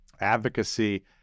advocacy